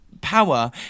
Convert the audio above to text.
power